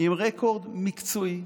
עם רקורד מקצועי.